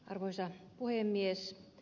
arvoisa puhemies